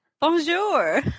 Bonjour